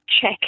check